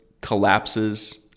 collapses